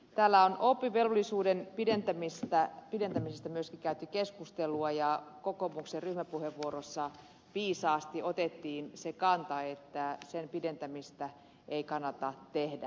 täällä on oppivelvollisuuden pidentämisestä myöskin käyty keskustelua ja kokoomuksen ryhmäpuheenvuorossa viisaasti otettiin se kanta että sen pidentämistä ei kannata tehdä